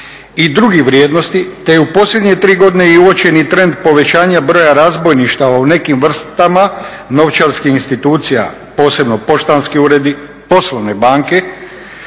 i drugih vrijednosti, te je u posljednje tri godine uočen i trend povećanja broja razbojništava u nekim vrstama novčarskih institucija posebno poštanski uredi, poslovne banke,